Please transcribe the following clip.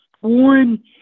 One